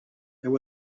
there